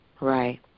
Right